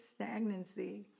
stagnancy